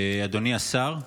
אדוני השר,